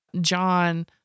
John